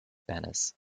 banners